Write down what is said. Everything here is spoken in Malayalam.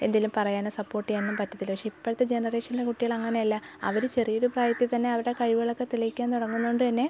എന്തെങ്കിലും പറയാനോ സപ്പോർട്ട് ചെയ്യാനോ ഒന്നും പറ്റത്തില്ല പക്ഷേ ഇപ്പോഴത്തെ ജനറേഷനിലെ കുട്ടികളങ്ങനെയല്ല അവർ ചെറിയൊരു പ്രായത്തിൽ തന്നെ അവരുടെ കഴിവുകളൊക്കെ തെളിയിക്കാൻ തുടങ്ങുന്നതുകൊണ്ട് തന്നെ